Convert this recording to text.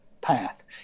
path